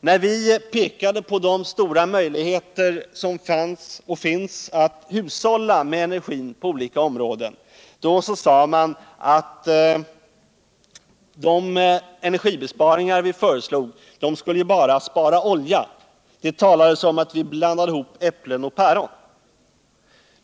När vi pekade på de stora möjligheter som fanns och finns att hushålla med energi på olika områden sade man att de energibesparingar vi föreslog inte skulle spara olja; det talades om att vi blandade ihop äpplen och päron.